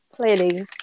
clearly